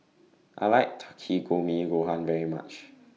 I like Takikomi Gohan very much